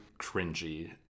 cringy